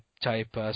Type